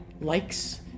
likes